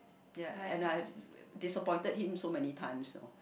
ya and I have disappointed him so many times you know